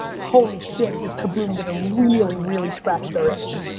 holy shit is kaboom going to really, really scratch their itch.